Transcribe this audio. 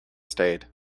stayed